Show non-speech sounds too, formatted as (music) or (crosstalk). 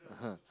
(laughs)